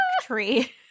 tree